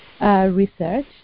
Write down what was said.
Research